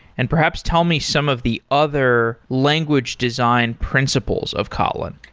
and perhaps tell me some of the other language design principles of kotlin.